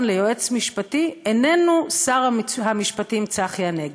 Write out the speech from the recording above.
ליועץ משפטי איננו שר המשפטים צחי הנגבי.